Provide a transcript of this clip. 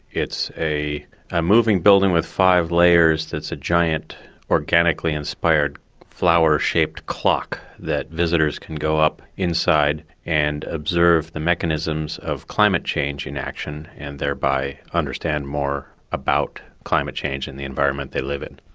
it's a a moving building with five layers that's a giant organically-inspired flower-shaped clock that visitors can go up inside and observe the mechanisms of climate change in action and thereby understand more about climate change and the environment they live in.